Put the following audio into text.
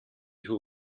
who